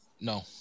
No